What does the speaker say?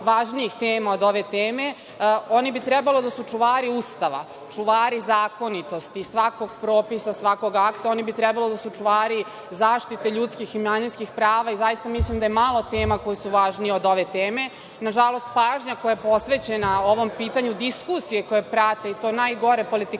važnijih tema od ove teme, oni bi trebalo da su čuvari Ustava, čuvari zakonitosti svakog propisa, svakog akta. Oni bi trebalo da su čuvari zaštite ljudskih i manjinskih prava i zaista mislim da je malo tema koje su važnije od ove teme. Nažalost, pažnja koja je posvećena ovom pitanju i diskusije koje prate, i to najgore politikanstvo